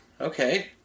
okay